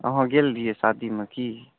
अहाँ गेल रहियै शादीमे की